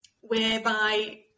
whereby